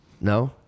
No